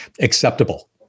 acceptable